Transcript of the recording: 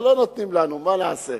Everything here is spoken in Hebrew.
אבל לא נותנים לנו, מה נעשה.